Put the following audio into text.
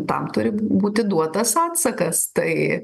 tam turi būti duotas atsakas tai